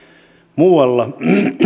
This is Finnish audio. muualla